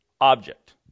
object